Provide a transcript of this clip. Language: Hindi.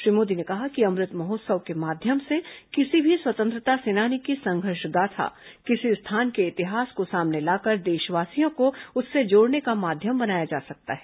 श्री मोदी ने कहा कि अमृत महोत्सव के माध्यम से किसी भी स्वतंत्रता सेनानी की संघर्ष गाथा किसी स्थान के इतिहास को सामने लाकर देशवासियों को उससे जोड़ने का माध्यम बनाया जा सकता है